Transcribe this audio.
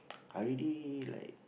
I already like